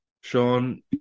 Sean